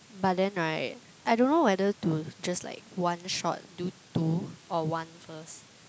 but then right I don't know whether to just like one shot do two or one first